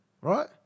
Right